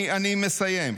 אני מסיים.